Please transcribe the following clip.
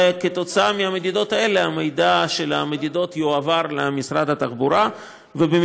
וההנחיות קובעות את עוצמת